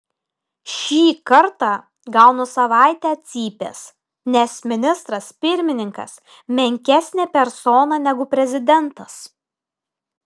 šį kartą gaunu savaitę cypės nes ministras pirmininkas menkesnė persona negu prezidentas